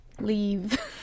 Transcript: leave